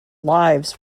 lives